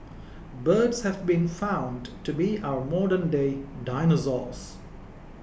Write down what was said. birds have been found to be our modernday dinosaurs